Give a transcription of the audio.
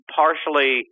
partially